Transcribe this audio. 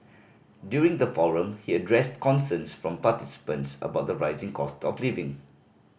during the forum he addressed concerns from participants about the rising cost of living